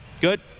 Good